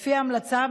לפי ההמלצה,